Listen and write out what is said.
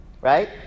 right